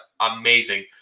amazing